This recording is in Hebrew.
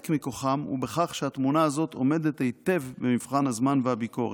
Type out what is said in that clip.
מכוחם הוא בכך שהתמונה הזאת עומדת היטב במבחן הזמן והביקורת: